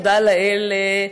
תודה לאל,